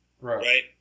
Right